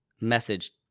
message